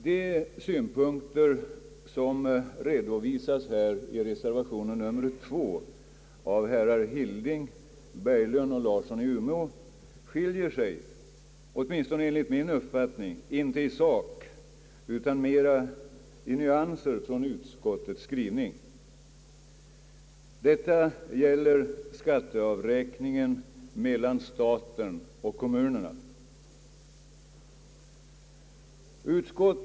De synpunkter, som redovisas i reservation nr 2 av herrar Hilding, Berglund och Larsson i Umeå, skiljer sig åtminstone enligt min uppfattning inte i sak utan mera i nyanser från utskottets skrivning. Det gäller här skatteavräkningen mellan staten och kommunerna.